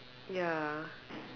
ya